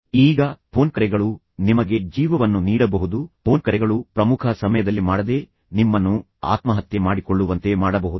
ಈಗ ಫೋನ್ ಕರೆಗಳು ನಿಮಗೆ ಜೀವವನ್ನು ನೀಡಬಹುದು ಫೋನ್ ಕರೆಗಳು ಪ್ರಮುಖ ಸಮಯದಲ್ಲಿ ಮಾಡದೆ ನಿಮ್ಮನ್ನು ಆತ್ಮಹತ್ಯೆ ಮಾಡಿಕೊಳ್ಳುವಂತೆ ಮಾಡಬಹುದು